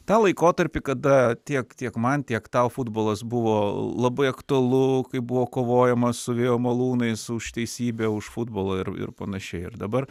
tą laikotarpį kada tiek tiek man tiek tau futbolas buvo labai aktualu kai buvo kovojama su vėjo malūnais už teisybę už futbolą ir ir panašiai ir dabar